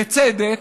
בצדק,